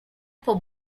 pour